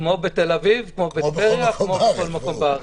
כמו בתל אביב, כמו בטבריה, כמו בכל מקום בארץ.